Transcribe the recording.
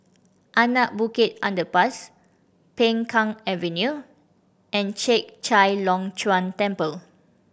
Anak Bukit Underpass Peng Kang Avenue and Chek Chai Long Chuen Temple